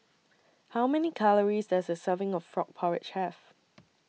How Many Calories Does A Serving of Frog Porridge Have